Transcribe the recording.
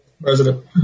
President